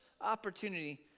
opportunity